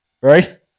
right